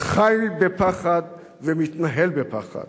חי בפחד ומתנהל בפחד.